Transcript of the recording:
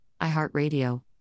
iHeartRadio